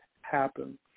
happen